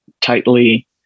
tightly